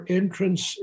entrance